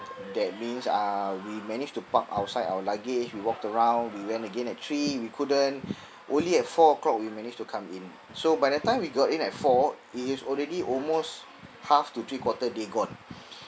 that means uh we managed to park outside our luggage we walked around we went again at three we couldn't only at four o'clock we manage to come in so by the time we got in at four it is already almost half to three quarter day gone